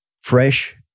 Fresh